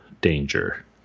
danger